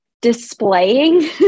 displaying